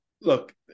Look